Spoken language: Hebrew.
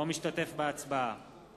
אינו משתתף בהצבעה